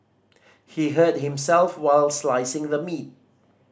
he hurt himself while slicing the meat